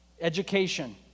education